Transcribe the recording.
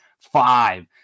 five